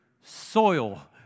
Soil